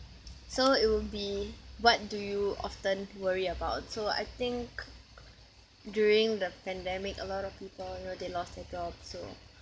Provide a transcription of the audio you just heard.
so it will be what do you often worry about so I think during the pandemic a lot of people you know they lost their job so